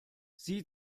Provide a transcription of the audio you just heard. sie